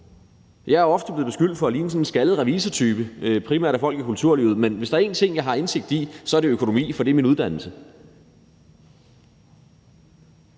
Jeg er ofte blevet beskyldt for at ligne sådan en skaldet revisortype, primært af folk i kulturlivet, men hvis der er en ting, jeg har indsigt i, er det økonomi, for det er min uddannelse.